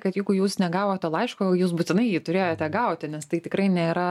kad jeigu jūs negavote laiško jūs būtinai jį turėjote gauti nes tai tikrai nėra